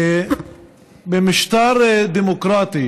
במשטר דמוקרטי